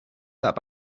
that